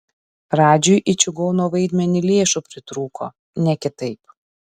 radžiui į čigono vaidmenį lėšų pritrūko ne kitaip